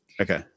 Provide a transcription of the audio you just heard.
Okay